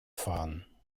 fahren